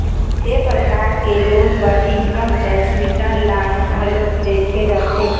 ए परकार के लोन बर इनकम टेक्स रिटर्न ल घलोक देखे जाथे